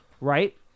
right